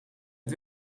het